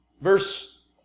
Verse